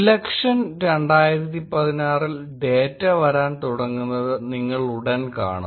election 2016 ൽ data വരാൻ തുടങ്ങുന്നത് നിങ്ങൾ ഉടൻ കാണും